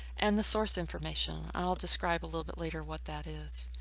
and the source information. i'll describe a little bit later what that is.